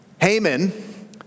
Haman